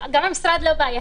גם המשרד לא בעייתי.